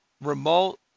remote